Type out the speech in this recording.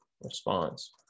response